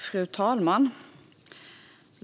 Fru talman!